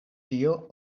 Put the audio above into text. tio